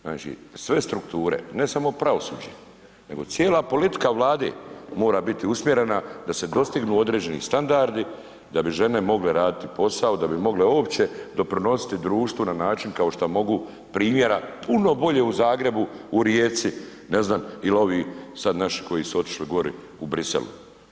Znači, sve strukture ne samo pravosuđe, nego cijela politika vlade mora biti usmjerena da se dostignu određeni standardi da bi žene mogle raditi posao da bi mogle uopće doprinositi društvu na način kao što mogu primjera puno bolje u Zagrebu, u Rijeci, ne znam il ovi sad naši koji su otišli gori u Bruxellesu.